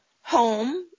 home